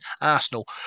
Arsenal